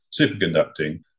superconducting